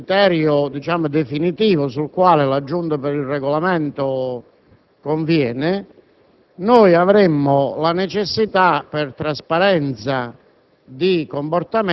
il criterio definitivo sul quale la Giunta per il Regolamento conviene, noi avremmo la necessità, per trasparenza